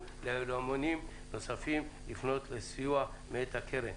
ליהלומנים נוספים לפנות לסיוע מאת הקרן.